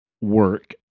work